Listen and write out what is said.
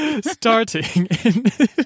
starting